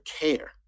care